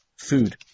food